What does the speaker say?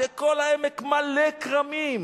וכל העמק מלא כרמים,